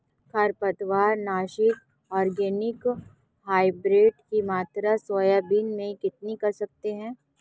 खरपतवार नाशक organic hybrid की मात्रा सोयाबीन में कितनी कर सकते हैं?